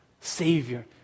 Savior